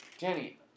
Danny